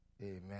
Amen